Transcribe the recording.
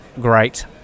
great